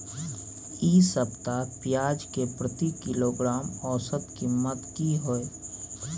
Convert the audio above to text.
इ सप्ताह पियाज के प्रति किलोग्राम औसत कीमत की हय?